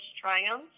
triumph